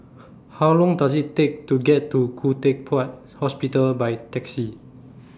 How Long Does IT Take to get to Khoo Teck Puat Hospital By Taxi